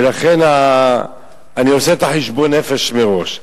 ולכן אני עושה את החשבון נפש מראש.